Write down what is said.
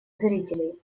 зрителей